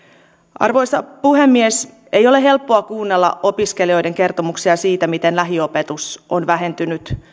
arvoisa puhemies ei ole helppoa kuunnella opiskelijoiden kertomuksia siitä miten lähiopetus on vähentynyt